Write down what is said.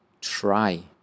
try